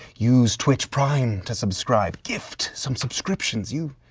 use twitch prime to subscribe, gift some subscriptions. you,